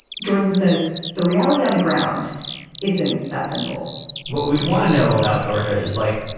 jordan says the reality on the ground isn't that simple what we'd want to know about georgia is like,